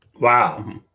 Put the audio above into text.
Wow